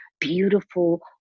beautiful